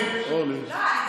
אורלי, אורלי.